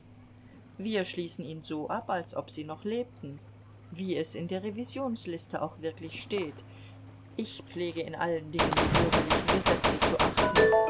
wir schließen ihn so ab als ob sie noch lebten wie es in der revisionsliste auch wirklich steht ich pflege in allen dingen die bürgerlichen gesetze zu achten